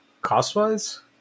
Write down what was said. Cost-wise